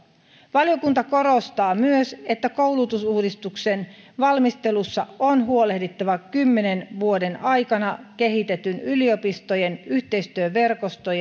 valiokunta korostaa myös että koulutusuudistuksen valmistelussa on huolehdittava kymmenen vuoden aikana kehitetyn yliopistojen yhteistyöverkoston